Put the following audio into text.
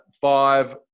Five